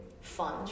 fun